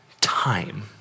time